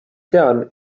tean